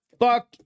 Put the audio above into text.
fuck